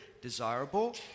desirable